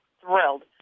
thrilled